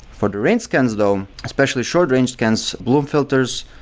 for the range scans though, especially short range scans, bloom filters,